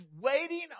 waiting